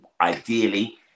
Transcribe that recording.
ideally